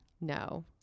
No